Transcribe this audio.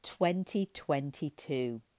2022